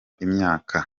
imyaka